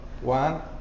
one